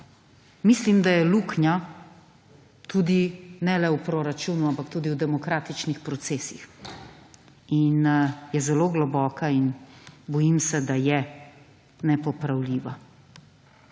mislim, da je luknja tudi ne le v proračunu, ampak tudi v demokratičnih procesih in je zelo globoka in bojim se, da je nepopravljiva.